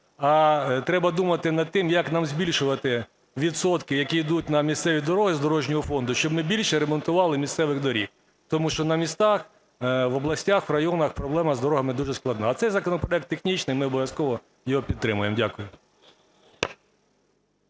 а треба думати над тим, як нам збільшувати відсотки, які йдуть на місцеві дороги з дорожнього фонду, щоб ми більше ремонтували місцевих доріг. Тому що на містах, в областях, районах проблема з дорогами дуже складна. А цей законопроект технічний, ми обов'язково його підтримаємо. Дякую.